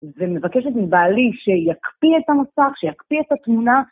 ומבקשת מבעלי שיקפיא את הנוסח, שיקפיא את התמונה.